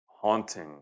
haunting